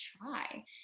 try